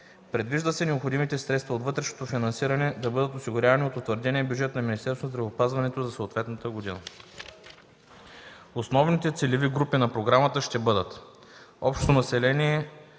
Предвижда се необходимите средства от вътрешното финансиране да бъдат осигурявани от утвърдения бюджет на Министерството на здравеопазването за съответната година. Основните целеви групи на програмата ще бъдат: общо население;